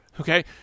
Okay